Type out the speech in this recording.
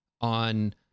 on